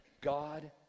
God